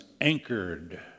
anchored